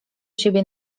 siebie